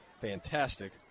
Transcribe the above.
fantastic